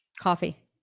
coffee